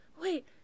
wait